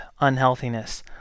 unhealthiness